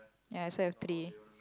ya so I have three